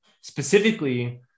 specifically